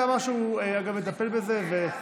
שאמר שהוא מטפל בזה.